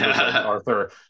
Arthur